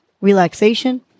relaxation